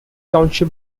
township